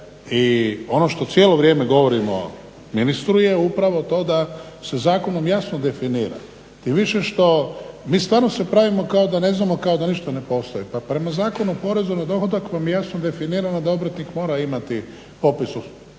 I ono što cijelo vrijeme govorimo ministru je upravo to da se zakonom jasno definira tim više što mi stvarno se pravimo kao da ne znamo kao da ništa ne postoji. Pa prema Zakonu o porezu na dohodak vam je jasno definirano da obrtnik mora imati popis